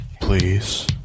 please